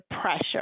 pressure